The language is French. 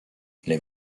les